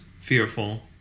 fearful